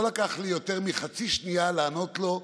לא לקח לי יותר מחצי שנייה לענות לו: